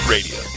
Radio